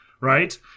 right